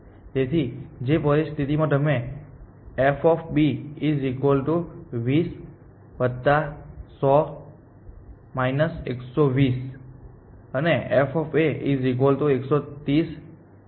તેથી જે પરિસ્થિતિમાં તમે f20100 120 અને f130 જોઈ શકો છો